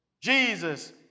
Jesus